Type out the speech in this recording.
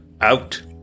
out